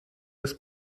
des